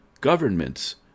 governments